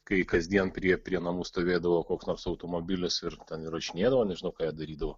kai kasdien prie prie namų stovėdavo koks nors automobilis ir ten rašinėdavo nežinau ką darydavo